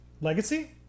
legacy